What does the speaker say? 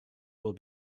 will